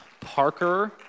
Parker